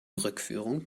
rückführung